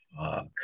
Fuck